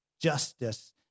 justice